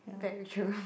very true